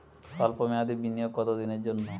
সল্প মেয়াদি বিনিয়োগ কত দিনের জন্য?